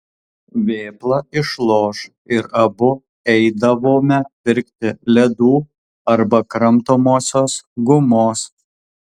vėpla išloš ir abu eidavome pirkti ledų arba kramtomosios gumos